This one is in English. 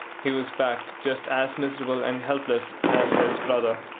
he was back just as miserable and helpless as his brother.